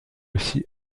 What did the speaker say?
aussi